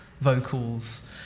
vocals